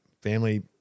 family